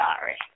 sorry